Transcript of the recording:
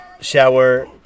shower